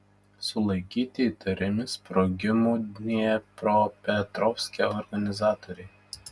sulaikyti įtariami sprogimų dniepropetrovske organizatoriai